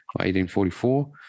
1844